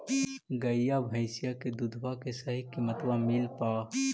गईया भैसिया के दूधबा के सही किमतबा मिल पा?